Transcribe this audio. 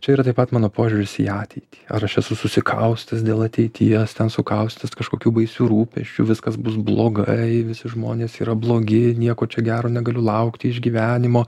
čia yra taip pat mano požiūris į ateitį ar aš esu susikaustęs dėl ateities ten sukaustytas kažkokių baisių rūpesčių viskas bus blogai visi žmonės yra blogi nieko čia gero negaliu laukti iš gyvenimo